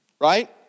right